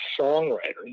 songwriter